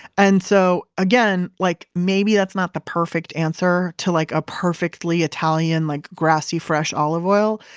and so again, like maybe that's not the perfect answer to like a perfectly italian like grassy, fresh olive oil,